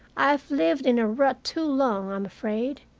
i have lived in a rut too long, i'm afraid.